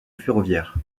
ferroviaires